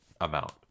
amount